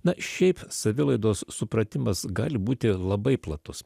na šiaip savilaidos supratimas gali būti labai platus